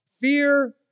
fear